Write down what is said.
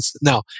Now